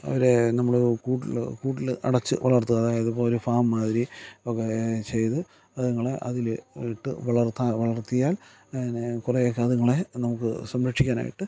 ഒരു നമ്മൾ കൂട്ടിൽ കൂട്ടിൽ അടച്ചുവളർത്തുക അതായത് ഇപ്പോൾ ഒരു ഫാം മാതിരി ഒക്കെ ചെയ്ത് അതുങ്ങളെ അതിൽ ഇട്ട് വളർത്തുക വളർത്തിയാൽ പിന്നെ കുറേയൊക്കെ അതുങ്ങളെ നമുക്ക് സംരക്ഷിക്കാനായിട്ട്